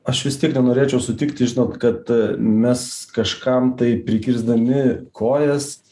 aš vis tiek nenorėčiau sutikti žinot kad mes kažkam tai prikirsdami kojas